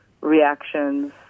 reactions